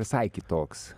visai kitoks